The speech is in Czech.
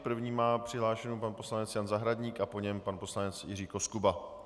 První má přihlášenu pan poslanec Jan Zahradník a po něm pan poslanec Jiří Koskuba.